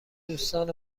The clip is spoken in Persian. دوستان